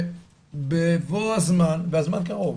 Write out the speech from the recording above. שבבוא הזמן והזמן קרוב,